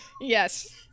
Yes